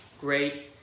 great